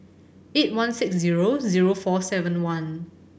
eight one six zero zero four seven one